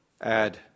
add